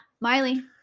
Miley